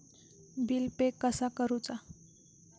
Bill pay कसा करुचा?